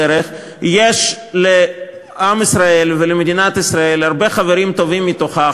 בדרך יש לעם ישראל ולמדינת ישראל הרבה חברים טובים מתוכה,